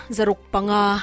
Zarukpanga